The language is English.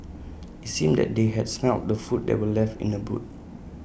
IT seemed that they had smelt the food that were left in the boot